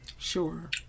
sure